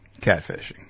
catfishing